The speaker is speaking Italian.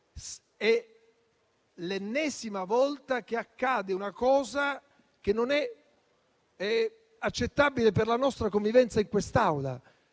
l'ennesima volta che accade un fatto che non è accettabile per la nostra convivenza in quest'Aula.